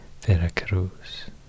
Veracruz